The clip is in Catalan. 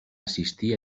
assistir